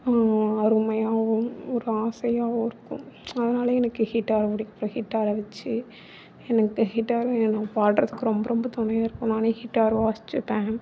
அருமையாகவும் ஒரு ஆசையாகவும் இருக்கும் அதனால் எனக்கு ஹிட்டா ஹிட்டாரை வச்சி எனக்கு ஹிட்டார் வேணும் பாடுறதுக்கு ரொம்ப ரொம்ப துணையாக இருக்கும் நானே ஹிட்டார் வாசிச்சிப்பேன்